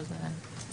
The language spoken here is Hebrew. אבל זה מה שעושים.